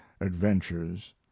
adventures